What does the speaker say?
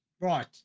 Right